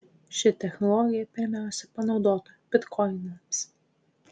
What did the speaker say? ši technologija pirmiausia panaudota bitkoinams